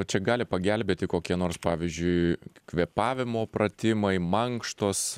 čia gali pagelbėti kokie nors pavyzdžiui kvėpavimo pratimai mankštos